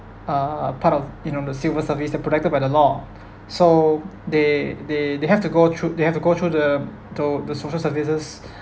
uh part of you know the civil service they are protected by the law so they they they have to go through they have to go through the to the social services